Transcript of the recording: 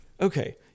Okay